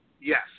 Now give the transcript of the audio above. Yes